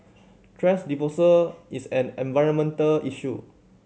thrash disposal is an environmental issue